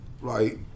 right